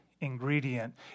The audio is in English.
ingredient